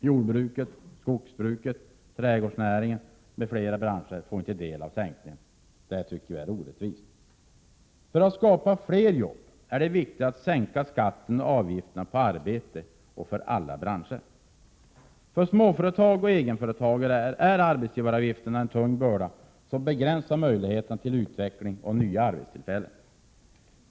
Jordoch skogsbruket, trädgårdsnäringen m.fl. branscher får inte del av sänkningen. Det är orättvist. För att skapa fler jobb är det viktigt att sänka skatterna och avgifterna på arbete inom alla branscher. För småföretag och egenföretagare är arbetsgivaravgifterna en tung börda som begränsar möjligheterna till utveckling och nya arbetstillfällen.